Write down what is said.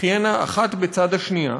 שתחיינה האחת בצד השנייה,